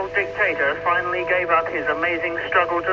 dictator finally gave up his amazing struggle